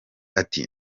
ati